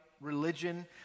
religion